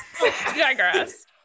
digress